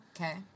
Okay